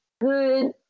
Good